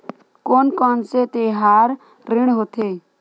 कोन कौन से तिहार ऋण होथे?